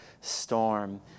storm